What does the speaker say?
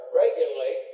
regularly